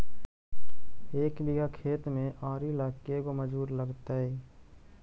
एक बिघा खेत में आरि ल के गो मजुर लगतै?